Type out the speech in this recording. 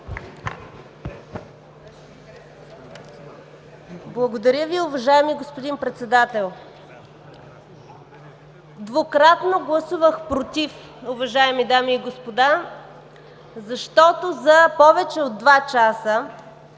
Благодаря Ви, уважаеми господин Председател! Двукратно гласувах „против“, уважаеми дами и господа, защото за повече от два часа,